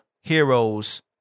heroes